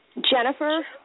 Jennifer